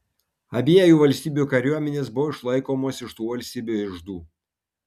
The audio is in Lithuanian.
abiejų valstybių kariuomenės buvo išlaikomos iš tų valstybių iždų